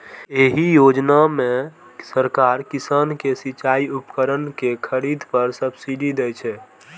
एहि योजना मे सरकार किसान कें सिचाइ उपकरण के खरीद पर सब्सिडी दै छै